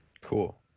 Cool